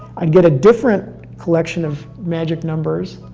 i'd get a different collection of magic numbers,